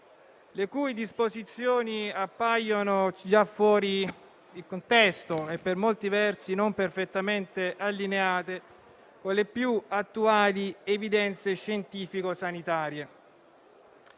le cui disposizioni appaiono già fuori contesto e per molti versi non perfettamente allineate con le più attuali evidenze scientifico-sanitarie.